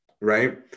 Right